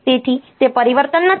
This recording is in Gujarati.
તેથી તે પરિવર્તન નથી